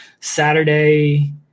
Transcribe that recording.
Saturday